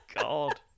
God